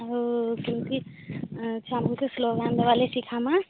ଆଉ କେମିତି ଛୁଆଙ୍କୁ ସ୍ଲୋଗାନ୍ ଦେବା ଲାଗି ଶିଖା ମା